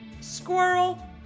squirrel